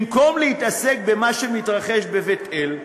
במקום להתעסק במה שמתרחש בבית-אל,